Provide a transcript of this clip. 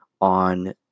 on